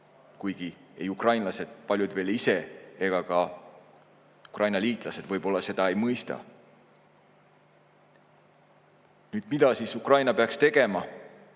kuigi ukrainlased paljud ise ega ka Ukraina liitlased võib-olla seda ei mõista. Mida siis Ukraina peaks tegema?